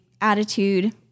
attitude